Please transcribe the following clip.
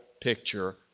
picture